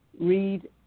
read